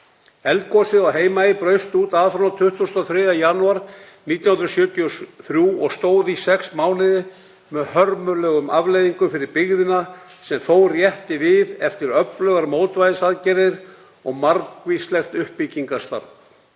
Eldgosið á Heimaey braust út aðfaranótt 23. janúar 1973 og stóð í sex mánuði með hörmulegum afleiðingum fyrir byggðina sem þó rétti við eftir öflugar mótvægisaðgerðir og margvíslegt uppbyggingarstarf.